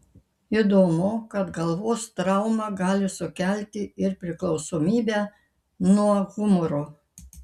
įdomu kad galvos trauma gali sukelti ir priklausomybę nuo humoro